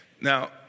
Now